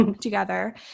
together